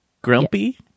grumpy